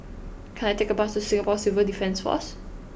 can I take a bus to Singapore Civil Defence Force